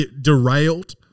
derailed